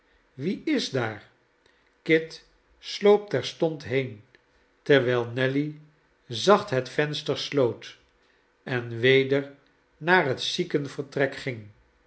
wie is daar kit sloop terstond heen terwijl nelly zacht het venster sloot en weder naar het ziekenvertrek ging